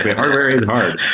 hardware is hard